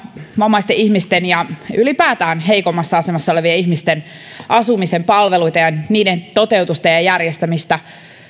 vammaisten ihmisten ja ylipäätään heikommassa asemassa olevien ihmisten asumisen palveluita ja niiden toteutusta ja ja järjestämistä